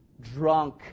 drunk